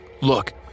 Look